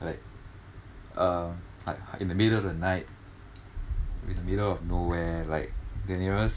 like uh like in the middle of the night in the middle of nowhere like the nearest